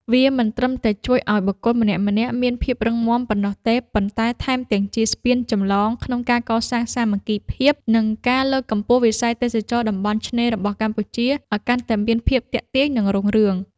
វាមិនត្រឹមតែជួយឱ្យបុគ្គលម្នាក់ៗមានភាពរឹងមាំប៉ុណ្ណោះទេ ប៉ុន្តែថែមទាំងជាស្ពានចម្លងក្នុងការកសាងសាមគ្គីភាព និងការលើកកម្ពស់វិស័យទេសចរណ៍តំបន់ឆ្នេររបស់កម្ពុជាឱ្យកាន់តែមានភាពទាក់ទាញ និងរុងរឿង។